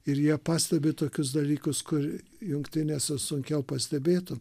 ir jie pastebi tokius dalykus kur jungtinėse sunkiau pastebėti